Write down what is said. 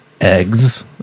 eggs